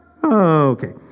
Okay